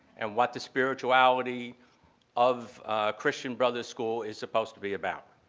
and what the spirituality of christian brothers school is supposed to be about.